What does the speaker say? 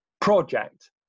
project